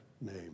name